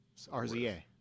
RZA